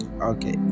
Okay